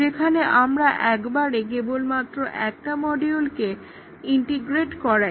যেখানে আমরা একবারে কেবলমাত্র একটা মডিউলকে ইন্টিগ্রেট করাই